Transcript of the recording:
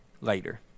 later